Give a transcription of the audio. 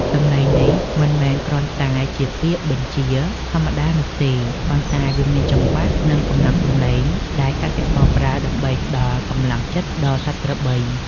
សម្លេងនេះមិនមែនគ្រាន់តែជាពាក្យបញ្ជាធម្មតានោះទេ ប៉ុន្តែវាមានចង្វាក់ និងកម្លាំងសម្លេងដែលកសិករប្រើដើម្បីផ្តល់កម្លាំងចិត្តដល់សត្វក្របី